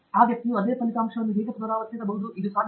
ಈ ವ್ಯಕ್ತಿಯು ಅದೇ ಫಲಿತಾಂಶವನ್ನು ಹೇಗೆ ಪುನರಾವರ್ತಿಸಬಹುದು ಅದು ಸಾಧ್ಯವೇ